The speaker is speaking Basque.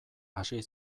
hasi